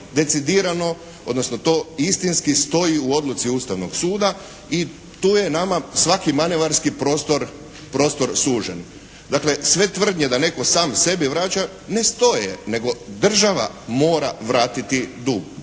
decidirano odnosno to istinski stoji u odluci Ustavnog suda. I tu je nama svaki manevarski prostor sužen. Dakle, sve tvrdnje da netko sam sebi vraća ne stoje. Nego država mora vratiti dug.